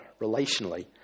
relationally